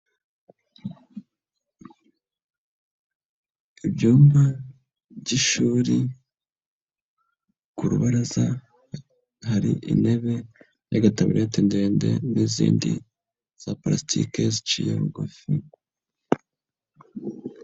Ibyumba by'ishuri ku rubaraza hari intebe y'agataburete ndende n'izindi za pulasitike ziciye bugufi.